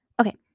Okay